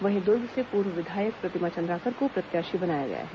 वहीं दुर्ग से पूर्व विधायक प्रतिमा चंद्राकर को प्रत्याशी बनाया गया है